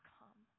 come